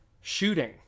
shooting